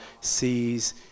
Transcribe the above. sees